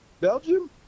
Belgium